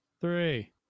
three